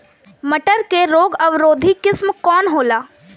मटर के रोग अवरोधी किस्म कौन होला?